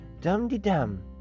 dum-de-dum